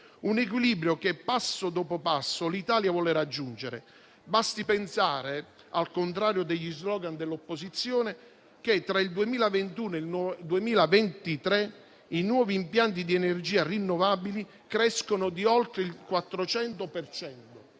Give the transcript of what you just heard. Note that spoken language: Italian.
un equilibrio che, passo dopo passo, l'Italia vuole raggiungere. Basti pensare, al contrario degli *slogan* dell'opposizione, che tra il 2021 e il 2023 i nuovi impianti di energia rinnovabili sono cresciuti di oltre il 400